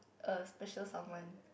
a special someone